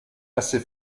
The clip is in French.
assez